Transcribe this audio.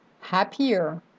happier